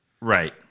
right